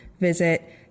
visit